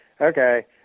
okay